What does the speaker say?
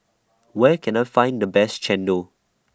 Where Can I Find The Best Chendol